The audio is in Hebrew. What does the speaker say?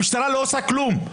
המשטרה לא עושה כלום.